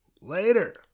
later